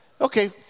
Okay